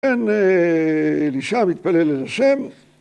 כן, נשאר ונתפלל אל השם